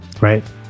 Right